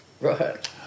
Right